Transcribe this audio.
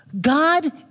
God